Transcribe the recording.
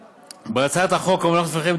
בהצעת החוק המונחת לפניכם,